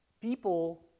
People